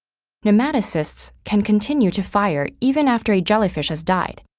nematocysts can continue to fire even after a jellyfish has died,